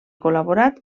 col·laborat